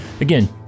again